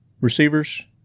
receivers